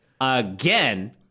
again